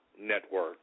Network